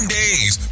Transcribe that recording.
days